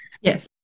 Yes